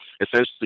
essentially